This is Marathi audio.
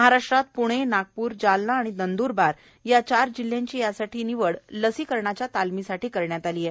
महाराष्ट्रात प्णे नागपूर जालना आणि नंद्रबार या चार जिल्ह्यांची यासाठी निवड लकीकरणाच्या तालिमीसाठी करण्यात आली आहे